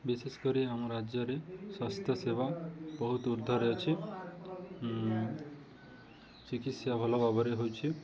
ବିଶେଷ କରି ଆମ ରାଜ୍ୟରେ ସ୍ୱାସ୍ଥ୍ୟ ସେବା ବହୁତ ଉର୍ଦ୍ଧ୍ଵରେ ଅଛି ଚିକିତ୍ସା ଭଲ ଭାବରେ ହୋଇଛି